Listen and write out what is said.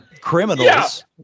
Criminals